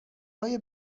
های